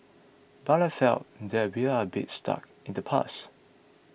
but I feel that we are a bit stuck in the past